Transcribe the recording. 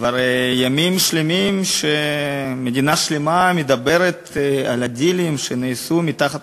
כבר ימים שלמים שמדינה שלמה מדברת על הדילים שנעשו מתחת